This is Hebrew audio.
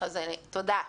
תודה.